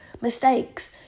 mistakes